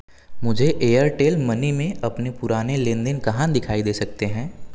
मुझे Airtel money में अपने पुराने लेन देन कहाँ दिखाई दे सकते हैं